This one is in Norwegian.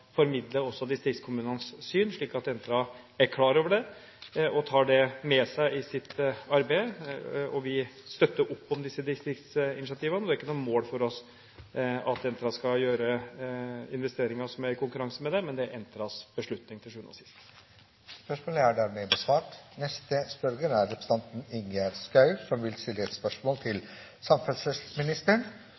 også distriktskommunenes syn, slik at Entra er klar over det og tar det med seg i sitt arbeid. Vi støtter opp om disse distriktsinitiativene, og det er ikke noe mål for oss at Entra skal gjøre investeringer som konkurrerer med dem, men det er til sjuende og sist Entras beslutning. Dette spørsmålet, fra representanten Ingjerd Schou til samferdselsministeren, vil bli besvart av landbruks- og matministeren på vegne av samferdselsministeren, som er bortreist. «På et